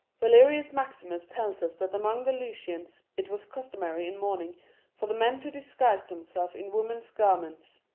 valerius maximus tells us that among the lycians it was customary in mourning for the men to disguise themselves in women's garments.